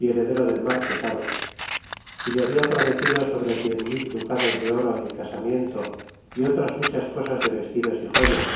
y heredero del marqu esadoh y le habia prometido sobre cien mil ducados de oro en casamiento y otras muchas cosas de vestidos y joyas